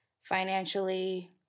financially